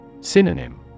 Synonym